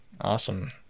Awesome